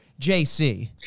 JC